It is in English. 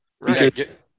Right